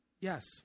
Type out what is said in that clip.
Yes